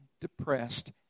depressed